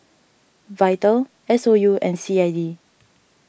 Vital S O U and C I D